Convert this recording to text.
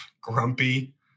Grumpy